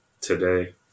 today